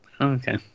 Okay